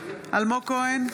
אלמוג כהן,